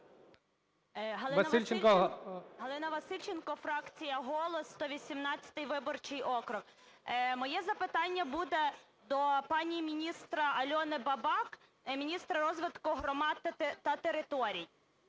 Галина Васильченко, фракція "Голос", 118 виборчий округ. Моє запитання буде до пані міністра Альони Бабак, міністра розвитку громад та територій.